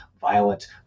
violent